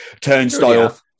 Turnstile